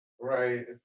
Right